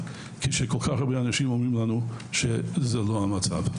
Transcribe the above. כאשר כל כך הרבה אנשים אומרים לנו שזה לא המצב.